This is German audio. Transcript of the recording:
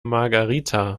margarita